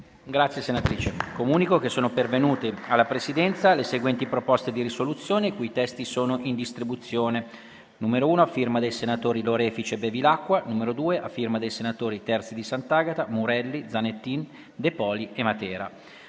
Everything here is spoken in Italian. odierna. Avverto che sono pervenute alla Presidenza le seguenti proposte di risoluzione, i cui testi sono in distribuzione: n. 1, a firma dei senatori Lorefice e Bevilacqua, e n. 2, a firma dei senatori Terzi di Sant'Agata, Murelli, Zanettin, De Poli e Matera.